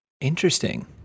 Interesting